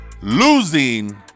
losing